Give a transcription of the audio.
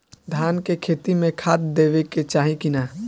धान के खेती मे खाद देवे के चाही कि ना?